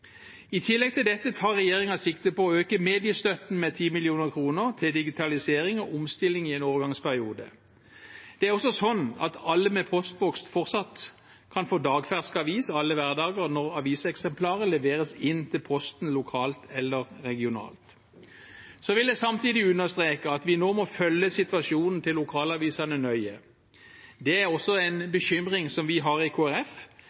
I tillegg til dette tar regjeringen sikte på å øke mediestøtten med 10 mill. kr til digitalisering og omstilling i en overgangsperiode. Det er også slik at alle med postboks fortsatt kan få dagsfersk avis alle hverdager når aviseksemplaret leveres inn til Posten lokalt eller regionalt. Så vil jeg samtidig understreke at vi nå må følge situasjonen til lokalavisene nøye. Det er også en bekymring vi har i